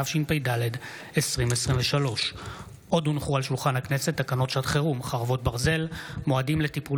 התשפ"ד 2023. תקנות שעת חירום (חרבות ברזל) (מועדים לטיפול